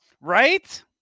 Right